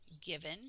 given